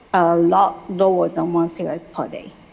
a lot lower than one cigarette per day.